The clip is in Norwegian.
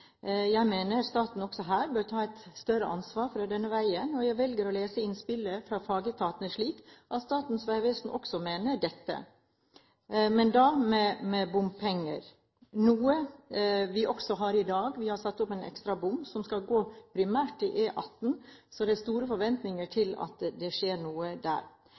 Jeg mener staten også bør ta et større ansvar for denne veien, og jeg velger å lese innspillet fra fagetatene slik at Statens vegvesen også mener dette – men da med bompenger, noe vi også har i dag. Vi har satt opp en ekstra bom som primært skal gå til E18, så det er store forventninger til at det skjer noe der.